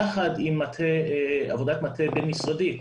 יחד עם עבודת מטה בין משרדית